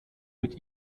mit